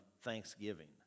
Thanksgiving